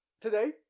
Today